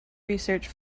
research